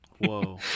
Whoa